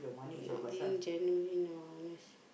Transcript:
not being genuine or honest